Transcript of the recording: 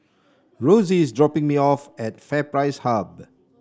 Rosey is dropping me off at FairPrice Hub